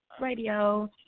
Radio